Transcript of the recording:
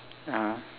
uh